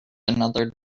another